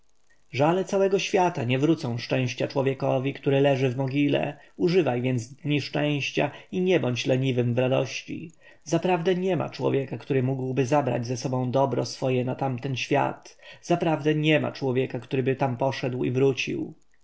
żale całego świata nie wrócą szczęścia człowiekowi który leży w mogile używaj dni szczęścia i nie bądź leniwym w radości zaprawdę niema człowieka któryby mógł zabrać z sobą dobro swoje na tamten świat zaprawdę niema człowieka któryby tam poszedł i wrócił